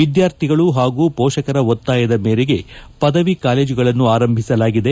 ವಿದ್ಕಾರ್ಥಿಗಳಲ್ಲಿ ಹಾಗೂ ಮೋಷಕರ ಒತ್ತಾಯದ ಮೇರೆಗೆ ಪದವಿ ಕಾಲೇಜುಗಳನ್ನು ಆರಂಭಿಸಲಾಗಿದೆ